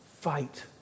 fight